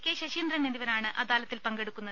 K Saseendran എന്നിവരാണ് അദാലത്തിൽ പങ്കെടുക്കുന്നത്